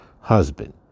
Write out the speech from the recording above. husband